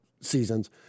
seasons